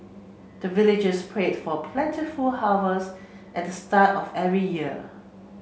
the villagers prayed for plentiful harvest at the start of every year